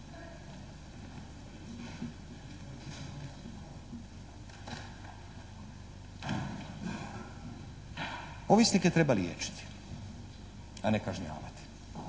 Ovisnike treba liječiti, a ne kažnjavati.